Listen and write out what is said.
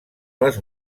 les